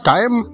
Time